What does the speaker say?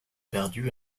perdues